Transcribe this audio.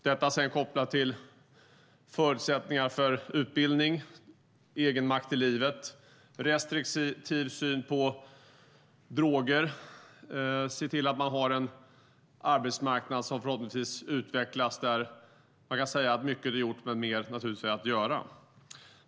Detta är sedan kopplat till förutsättningar för utbildning, egenmakt i livet, restriktiv syn på droger och att se till att man har en arbetsmarknad som förhoppningsvis utvecklas och där man kan säga att mycket är gjort men mer naturligtvis är att göra.